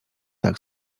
tak